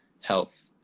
health